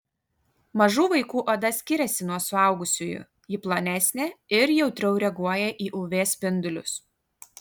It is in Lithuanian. mažų vaikų oda skiriasi nuo suaugusiųjų ji plonesnė ir jautriau reaguoja į uv spindulius